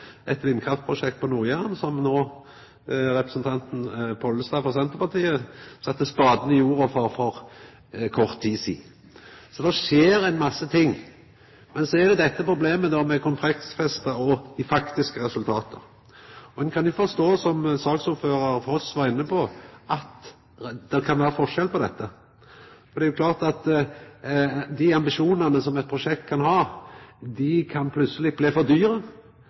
eit vindkraftprosjekt på Nord-Jæren, som representanten Pollestad frå Senterpartiet sette spaden i jorda for for kort tid sidan. Så det skjer ein masse ting. Men så er det dette problemet med det kontraktsfesta og dei faktiske resultata. Ein kan jo forstå, som saksordførar Foss var inne på, at det kan vera forskjell på dette. Det er jo klart at når det gjeld ambisjonane for eit prosjekt, kan det plutseleg bli for